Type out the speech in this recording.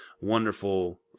wonderful